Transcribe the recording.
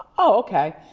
okay.